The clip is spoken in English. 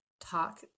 talk